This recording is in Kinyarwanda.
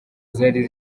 zari